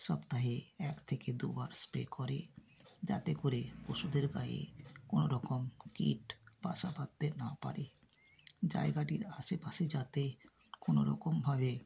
সপ্তাহে এক থেকে দুবার স্প্রে করে যাতে করে পশুদের গায়ে কোনো রকম কীট বাসা বাঁধতে না পারে জায়গাটির আশেপাশে যাতে কোনো রকমভাবে